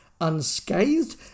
unscathed